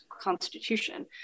constitution